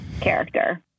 character